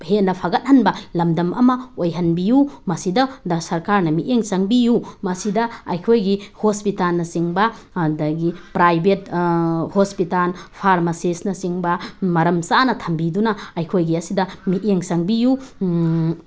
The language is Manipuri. ꯍꯦꯟꯅ ꯐꯒꯠꯍꯟꯕ ꯂꯝꯗꯝ ꯑꯃ ꯑꯣꯏꯍꯟꯕꯤꯌꯨ ꯃꯁꯤꯗ ꯁꯔꯀꯥꯔꯅ ꯃꯤꯠꯌꯦꯡ ꯆꯪꯕꯤꯌꯨ ꯃꯁꯤꯗ ꯑꯩꯈꯣꯏꯒꯤ ꯍꯣꯁꯄꯤꯇꯥꯜꯅꯆꯤꯡꯕ ꯑꯗꯒꯤ ꯄ꯭ꯔꯥꯏꯕꯦꯠ ꯍꯣꯁꯄꯤꯇꯥꯜ ꯐꯥꯔꯃꯥꯁꯤꯁꯅꯆꯤꯡꯕ ꯃꯔꯝ ꯆꯥꯅ ꯊꯝꯕꯤꯗꯨꯅ ꯑꯩꯈꯣꯏꯒꯤ ꯑꯁꯤꯗ ꯃꯤꯠꯌꯦꯡ ꯆꯪꯕꯤꯌꯨ